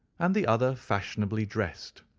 and the other fashionably dressed,